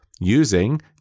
Using